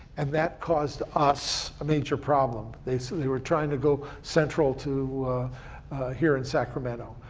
and that caused us a major problem. they so they were trying to go central to here in sacramento.